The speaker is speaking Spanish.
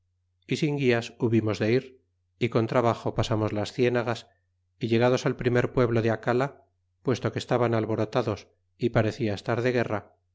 guias hubimos de ir y con trabajo pasamos las cienagas y llegados al primer pueblo de acala puesto que estaban alborotados y parecia estar de guerra